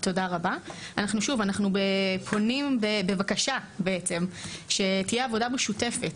שוב, אנחנו פונים בבקשה, שתהיה עבודה משותפת.